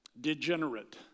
degenerate